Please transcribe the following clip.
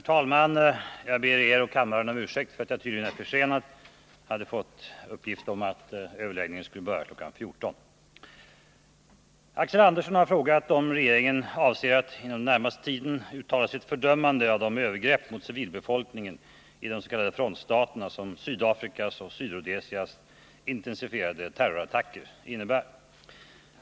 Herr talman! Axel Andersson har frågat mig om regeringen avser att inom den närmaste tiden uttala sitt fördömande av de övergrepp mot civilbefolkningen des.k. frontstaterna som Sydafrikas och Sydrhodesias intensifierade terrorattacker innebär.